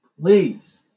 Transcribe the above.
please